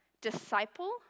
disciple